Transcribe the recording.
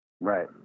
Right